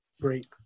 Great